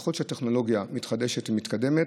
ככל שהטכנולוגיה מתחדשת ומתקדמת,